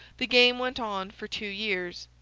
the game went on for two years.